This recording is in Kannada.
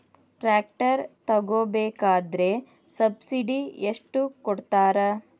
ಟ್ರ್ಯಾಕ್ಟರ್ ತಗೋಬೇಕಾದ್ರೆ ಸಬ್ಸಿಡಿ ಎಷ್ಟು ಕೊಡ್ತಾರ?